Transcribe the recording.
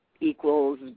equals